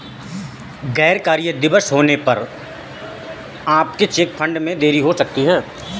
गैर कार्य दिवस होने पर आपके चेक फंड में देरी हो सकती है